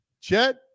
Chet